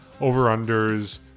over-unders